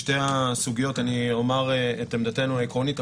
בשתי הסוגיות אני אומר את עמדתנו העקרונית,